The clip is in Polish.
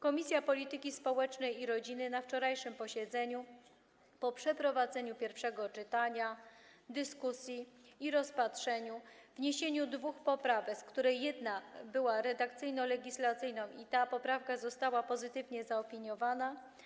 Komisja Polityki Społecznej i Rodziny na wczorajszym posiedzeniu po przeprowadzeniu pierwszego czytania, dyskusji, rozpatrzeniu i wniesieniu dwóch poprawek, z których jedna była redakcyjno-legislacyjna, i ta poprawka została pozytywnie zaopiniowana.